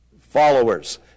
followers